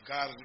God